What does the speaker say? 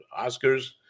Oscars